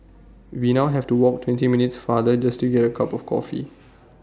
we now have to walk twenty minutes farther just to get A cup of coffee